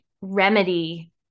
remedy